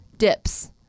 Dips